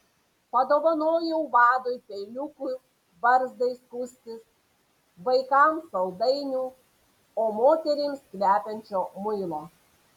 padovanojau vadui peiliukų barzdai skustis vaikams saldainių o moterims kvepiančio muilo